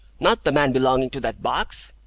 not the man belonging to that box?